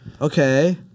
Okay